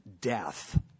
death